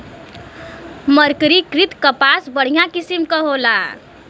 मर्सरीकृत कपास बढ़िया किसिम क होला